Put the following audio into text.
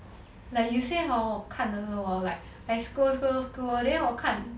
like you 些 hor 我看的时候 hor like I scroll scroll scroll then 我看